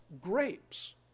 grapes